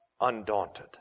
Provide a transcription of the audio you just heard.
undaunted